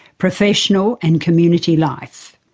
professional and community life.